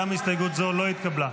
גם הסתייגות זו לא התקבלה.